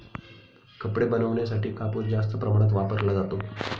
कपडे बनवण्यासाठी कापूस जास्त प्रमाणात वापरला जातो